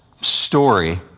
story